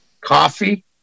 coffee